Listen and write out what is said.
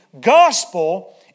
gospel